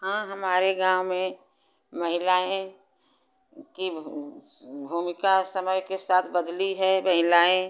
हाँ हमारे गाँव में महिलाएँ की भूमिका समय के साथ बदली है महिलाएँ